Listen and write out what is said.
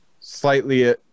slightly